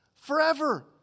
forever